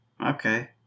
Okay